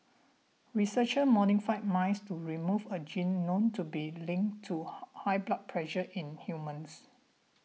researchers modified mice to remove a gene known to be linked to high blood pressure in humans